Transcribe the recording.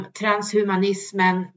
transhumanismen